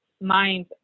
mind